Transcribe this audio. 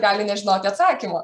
gali nežinoti atsakymo